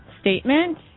statement